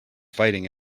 fighting